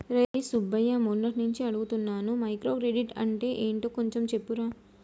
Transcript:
రేయ్ సుబ్బు, మొన్నట్నుంచి అడుగుతున్నాను మైక్రో క్రెడిట్ అంటే యెంటో కొంచెం చెప్పురా